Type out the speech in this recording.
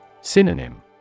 Synonym